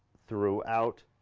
throughout,